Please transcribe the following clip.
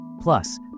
Plus